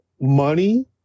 money